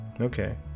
Okay